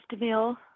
meal